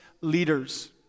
leaders